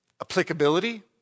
applicability